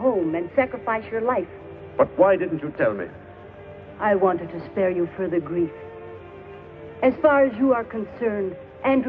home and sacrifice your life but why didn't you tell me i wanted to spare you for the grief as far as you are concerned and